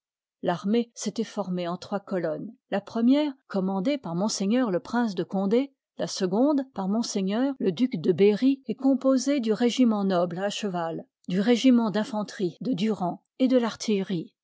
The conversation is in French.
l'armée s'étoit formée en trois colonnes la première commandée par m le prince de condé la seconde par m le duc de berry et composée du régiment noble à f part cheval du régiment d'infanterie de du liv il rand et de l'artillerie